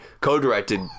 co-directed